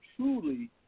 truly